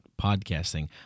podcasting